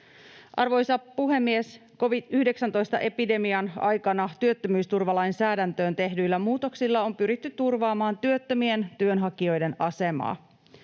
Arvoisa puhemies! Covid-19-epidemian aikana työttömyysturvalainsäädäntöön tehdyillä muutoksilla on pyritty turvaamaan työttömien työnhakijoiden asemaa.